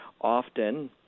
often